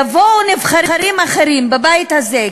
יבואו נבחרים אחרים לבית הזה,